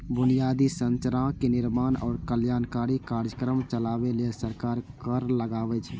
बुनियादी संरचनाक निर्माण आ कल्याणकारी कार्यक्रम चलाबै लेल सरकार कर लगाबै छै